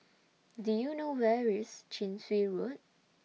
Do YOU know Where IS Chin Swee Road